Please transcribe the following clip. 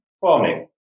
farming